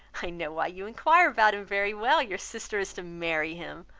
i know why you inquire about him, very well your sister is to marry him.